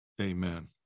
amen